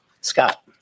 Scott